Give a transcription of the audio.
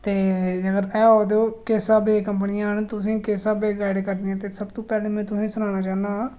ते जेकर एह् ओ तो ओह् किस स्हाबै दियां कंपनियां न ते तुसें गी किस स्हाबै दियां गाईड करदियां ते सब तू पैह्लें में तुसेंगी सनाना चाह्न्नां